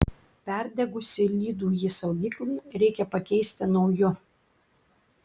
perdegusį lydųjį saugiklį reikia pakeisti nauju